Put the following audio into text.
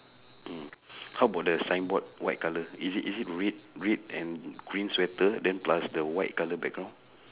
mm how about the signboard white colour is it is it red red and green sweater then plus the white colour background